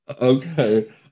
okay